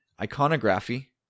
iconography